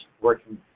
working